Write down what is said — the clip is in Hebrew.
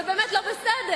זה באמת לא בסדר.